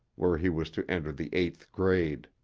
where he was to enter the eighth grade.